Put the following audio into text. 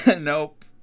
Nope